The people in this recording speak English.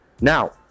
now